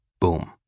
boom